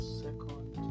second